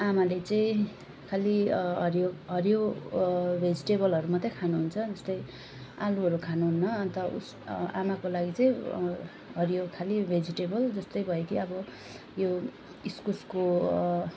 आमाले चाहिँ खालि हरियो हरियो भेजिटेबलहरू मात्रै खानुहुन्छ जस्तै आलुहरू खानुहुन्न रअन्त उस आमाको लागि चाहिँ हरियोखाले भेजिटेबल जस्तो भयो कि अब यो इस्कुसको